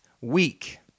week